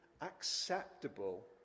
acceptable